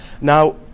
Now